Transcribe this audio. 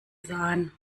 sahen